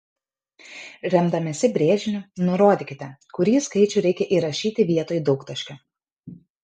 remdamiesi brėžiniu nurodykite kurį skaičių reikia įrašyti vietoj daugtaškio